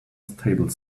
table